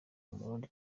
umurundi